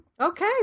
Okay